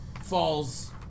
falls